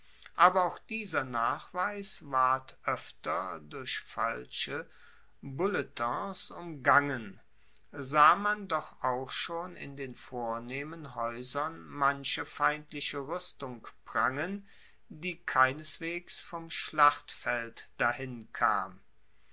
aber auch dieser nachweis ward oefter durch falsche bulletins umgangen sah man doch auch schon in den vornehmen haeusern manche feindliche ruestung prangen die keineswegs vom schlachtfeld dahin kam